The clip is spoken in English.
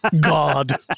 God